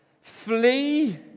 Flee